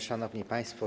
Szanowni Państwo!